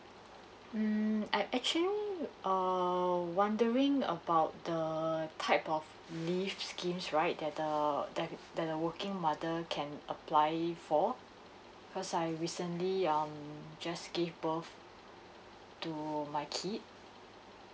mm I actually err wondering about the type of leaves schemes right that a that that a working mother can apply for because I recently um just gave birth to my kid